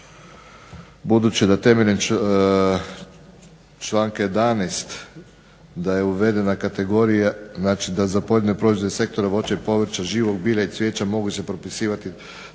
Budući da je člankom 11. da je uvedena kategorija znači da za pojedine sektore voća i povrća, živog bilja i cvijeća mogu se propisivati